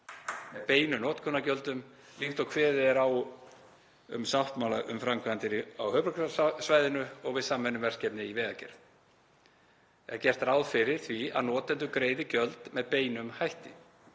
með beinum notkunargjöldum. Líkt og kveðið er á um í sáttmála um framkvæmdir á höfuðborgarsvæðinu og við samvinnuverkefni í vegagerð er gert ráð fyrir því að notendur greiði gjöld með beinum hætti.